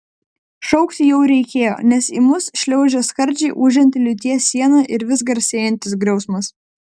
šaukti jau reikėjo nes į mus šliaužė skardžiai ūžianti liūties siena ir vis garsėjantis griausmas